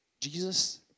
Jesus